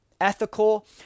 ethical